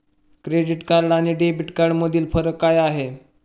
Credit card आणि debit कार्डमधील फरक काय आहे?